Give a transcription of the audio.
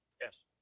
Yes